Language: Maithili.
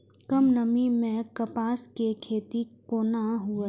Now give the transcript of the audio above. कम नमी मैं कपास के खेती कोना हुऐ?